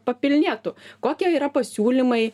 papilnėtų kokie yra pasiūlymai